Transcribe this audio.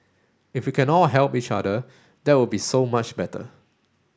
if we can all help each other that would be so much better